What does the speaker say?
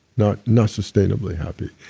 not not sustainably happy,